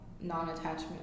non-attachment